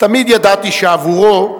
תמיד ידעתי שעבורו,